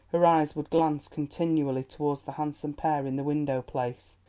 her eyes would glance continually towards the handsome pair in the window-place,